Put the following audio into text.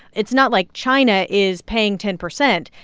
it's not like china is paying ten percent.